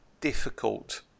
difficult